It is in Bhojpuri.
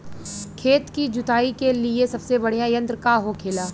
खेत की जुताई के लिए सबसे बढ़ियां यंत्र का होखेला?